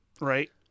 right